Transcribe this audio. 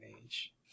age